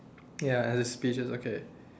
ya it is peaches okay